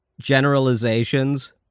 generalizations